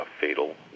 fatal